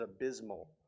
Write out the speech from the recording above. abysmal